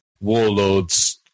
Warlords